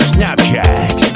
Snapchat